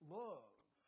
love